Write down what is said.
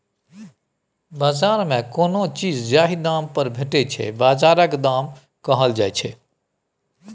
बजार मे कोनो चीज जाहि दाम पर भेटै छै बजारक दाम कहल जाइ छै